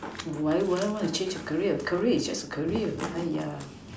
why would I want to change a career career is just a career !aiya!